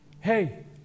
Hey